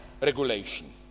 regulation